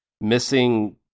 missing